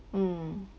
mm